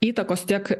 įtakos tiek